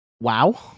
wow